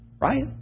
right